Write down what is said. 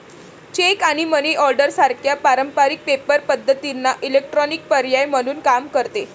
check आणि money order सारख्या पारंपारिक पेपर पद्धतींना इलेक्ट्रॉनिक पर्याय म्हणून काम करते